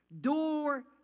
door